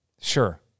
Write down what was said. Sure